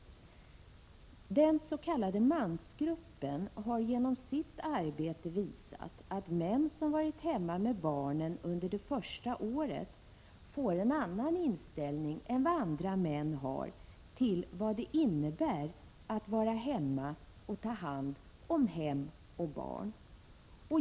1986/87:122 mansgruppen har genom sitt arbete visat att män som varit hemma med = 13 maj 1987 barnen under det första året får en annan inställning än andra män till vad det innebär att vara hemma och ta hand om hem och barn.